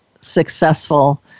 successful